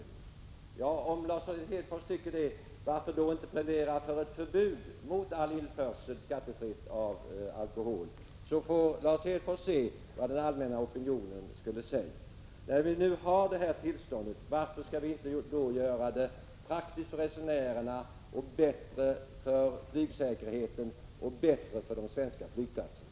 Men om Lars Hedfors har den inställningen, varför då inte plädera för ett förbud mot all skattefri införsel av alkohol, så får Lars Hedfors se hur den allmänna opinionen reagerar? När vi nu har det här tillståndet, varför skall vi då inte göra det praktiskt för resenärerna och samtidigt förbättra flygsäkerheten och de svenska flygplatserna?